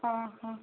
ଅଃ